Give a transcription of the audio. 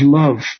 love